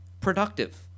productive